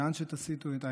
לאן שתסיטו את העיניים,